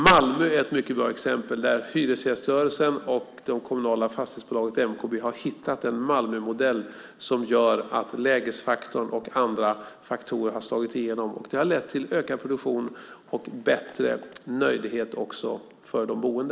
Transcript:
Malmö är ett mycket bra exempel där hyresgäströrelsen och det kommunala fastighetsbolaget MKB har hittat en Malmömodell som gör att lägesfaktorn och andra faktorer har slagit igenom. Detta har lett till ökad produktion och bättre möjligheter också för de boende.